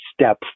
step